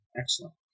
Excellent